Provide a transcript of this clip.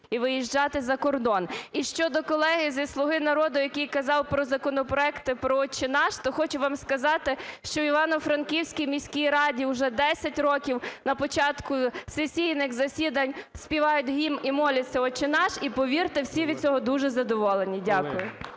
і виїжджати за кордон. І щодо колеги зі "Слуги народу" який казав про законопроекти про "Отче наш", то хочу вам сказати, що в Івано-Франківській міській раді вже 10 на початку засідань співають Гімн і моляться "Отче наш", і повірте, всі від цього дуже задоволені. Дякую.